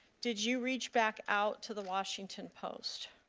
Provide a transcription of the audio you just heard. did you reach back out to the washington post?